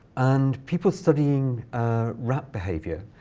and people studying rat behavior